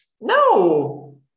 No